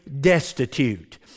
destitute